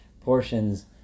portions